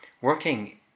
working